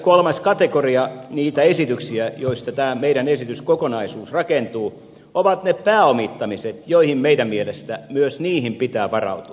kolmas kategoria niitä esityksiä joista tämä meidän esityksemme kokonaisuus rakentuu ovat ne pääomittamiset joihin meidän mielestämme myös pitää varautua